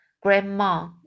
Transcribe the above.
grandma